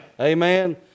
Amen